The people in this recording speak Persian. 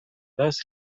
است